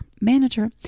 manager